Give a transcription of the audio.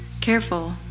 careful